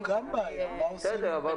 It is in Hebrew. שזו גם בעיה, מה עושים עם זה.